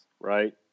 right